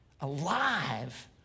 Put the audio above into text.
alive